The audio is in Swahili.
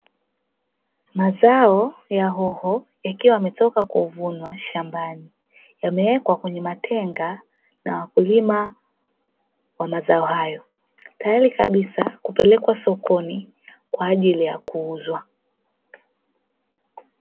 Mazao ya hoho yakiwa yametoka kuvunwa shambani, yamewekwa kwenye matenga na wakulima wa mazao hayo tayari kabisa kupelekwa sokoni kwa ajili ya kuuzwa.